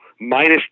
minus